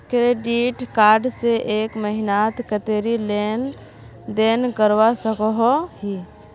Credit card से एक महीनात कतेरी लेन देन करवा सकोहो ही?